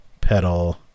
pedal